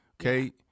Okay